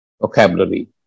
vocabulary